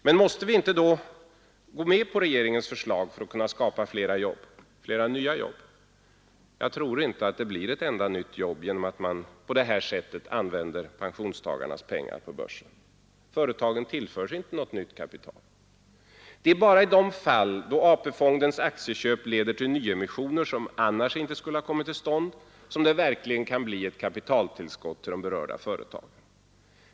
Men måste vi inte då gå med på regeringens förslag för att kunna skapa fler nya jobb? Jag tror inte det blir ett enda nytt jobb genom att man spekulerar med pensionstagarnas pengar på börsen. Företagen tillförs inte något nytt kapital. Det är bara i de fall då AP-fondens aktieköp leder till nyemissioner som annars inte kommit till stånd som det verkligen kan bli ett kapitaltillskott till de berörda företagen.